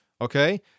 okay